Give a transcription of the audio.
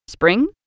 Spring